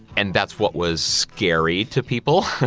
and that's what was scary to people